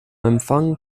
empfang